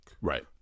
Right